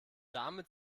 damit